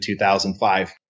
2005